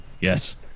Yes